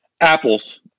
apples